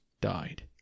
died